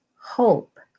hope